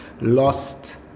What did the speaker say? lost